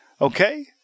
okay